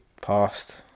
past